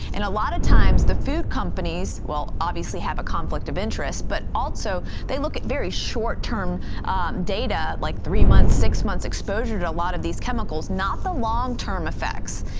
and a lot of times the food companies will obviously have a conflict of interest, but also they look at very short-term data, like three months, six months exposure to a lot of these chemicals, not the long-term effects.